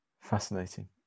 Fascinating